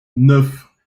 neuf